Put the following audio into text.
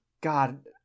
God